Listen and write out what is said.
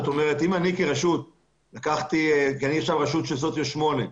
אם הרשות שלי נחשבת סוציו 8,